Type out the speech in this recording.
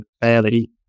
fairly